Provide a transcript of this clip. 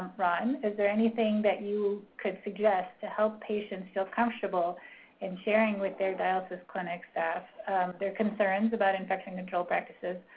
ron, is there anything that you could suggest to help patients feel comfortable in sharing with their dialysis clinic staff their concerns about infection control practices,